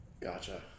Gotcha